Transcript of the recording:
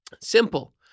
Simple